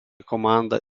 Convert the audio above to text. komanda